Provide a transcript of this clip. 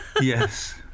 yes